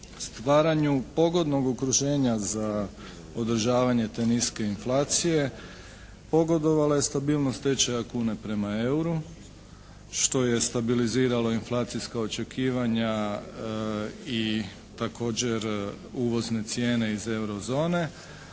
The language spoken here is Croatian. Stvaranju pogodnog okruženja za održavanje te niske inflacije pogodovala je stabilnost tečaja kune prema euru što je stabilizirala inflacijska očekivanja i također uvozne cijene iz euro zone,